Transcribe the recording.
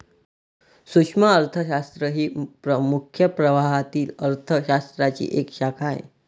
सूक्ष्म अर्थशास्त्र ही मुख्य प्रवाहातील अर्थ शास्त्राची एक शाखा आहे